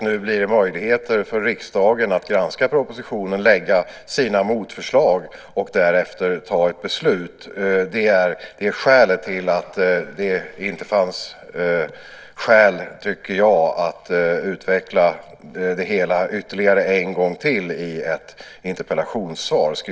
Nu blir det möjligheter för riksdagen att granska propositionen, lägga sina motförslag och därefter fatta ett beslut. Det är bakgrunden till att det enligt min mening inte fanns skäl att utveckla det hela ytterligare en gång till i ett interpellationssvar.